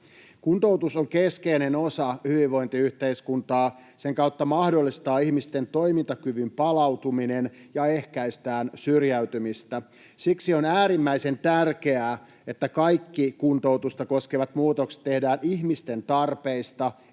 Kuntoutus on keskeinen osa hyvinvointiyhteiskuntaa. Sen kautta mahdollistetaan ihmisten toimintakyvyn palautuminen ja ehkäistään syrjäytymistä. Siksi on äärimmäisen tärkeää, että kaikki kuntoutusta koskevat muutokset tehdään ihmisten tarpeista,